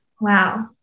Wow